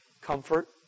comfort